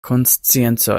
konscienco